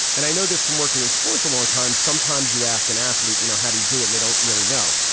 and i know this from working in sports a long time. sometimes you ask an athlete, you know, how do you do it? they don't really know.